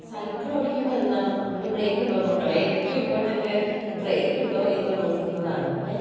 cycle ഓടിക്കുമ്പോൾ എന്താ നമ്മൾ ബ്രേക്ക് ഉണ്ടോന്ന് നോക്കണം ഏറ്റോം ഇമ്പോർട്ടണ്ൻറ്റ് ബ്രേക്ക് ഉണ്ടോ എന്ന് നോക്കുന്നതാണ് ഏ